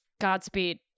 Godspeed